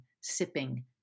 sipping